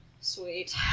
Sweet